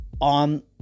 on